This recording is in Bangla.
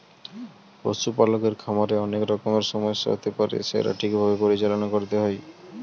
পশু পালকের খামারে অনেক রকমের সমস্যা হতে পারে সেটা ঠিক ভাবে পরিচালনা করতে হয়